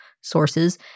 sources